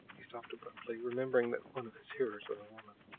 he stopped abruptly, remembering that one of his hearers was a woman.